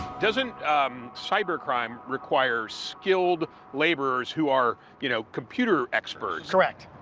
doesn't cybercrime require skilled laborers who are, you know, computer experts? correct.